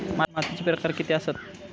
मातीचे प्रकार किती आसत?